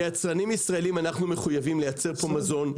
כיצרנים ישראלים אנחנו מחויבים לייצר פה מזון,